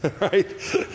right